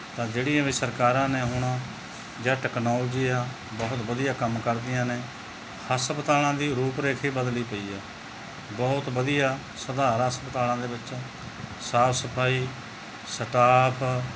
ਤਾਂ ਜਿਹੜੀਆਂ ਵੀ ਸਰਕਾਰਾਂ ਨੇ ਹੁਣ ਜਾਂ ਟੈਕਨੋਲਜੀ ਆ ਬਹੁਤ ਵਧੀਆ ਕੰਮ ਕਰਦੀਆਂ ਨੇ ਹਸਪਤਾਲਾਂ ਦੀ ਰੂਪ ਰੇਖਾ ਹੀ ਬਦਲੀ ਪਈ ਹੈ ਬਹੁਤ ਵਧੀਆ ਸੁਧਾਰ ਆ ਹਸਪਤਾਲਾਂ ਦੇ ਵਿੱਚ ਸਾਫ ਸਫਾਈ ਸਟਾਫ